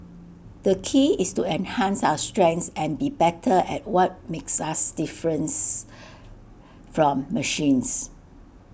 the key is to enhance our strengths and be better at what makes us difference from machines